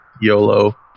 yolo